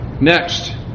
Next